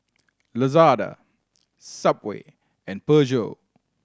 Lazada Subway and Peugeot